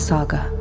Saga